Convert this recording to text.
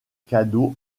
cadeau